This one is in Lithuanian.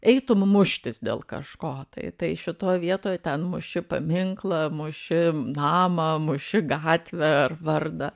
eitum muštis dėl kažko tai tai šitoj vietoj ten muši paminklą muši namą muši gatvę ar vardą